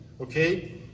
okay